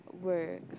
work